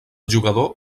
jugador